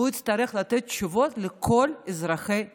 והוא יצטרך לתת תשובות לכל אזרחי ישראל.